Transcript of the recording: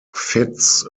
fitz